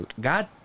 god